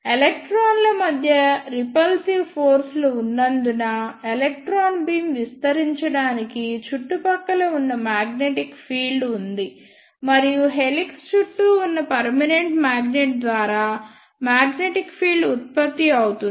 ఎలక్ట్రాన్ల మధ్య repulsive force లు ఉన్నందున ఎలక్ట్రాన్ బీమ్ విస్తరించడానికి చుట్టుపక్కల ఉన్న మాగ్నెటిక్ ఫీల్డ్ ఉంది మరియు హెలిక్స్ చుట్టూ ఉన్న పర్మనెంట్ మాగ్నెట్ ద్వారా మాగ్నెటిక్ ఫీల్డ్ ఉత్పత్తి అవుతుంది